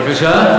בבקשה?